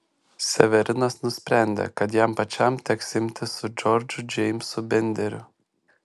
severinas nusprendė kad jam pačiam teks imtis su džordžu džeimsu benderiu